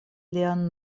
lian